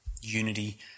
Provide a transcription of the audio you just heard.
unity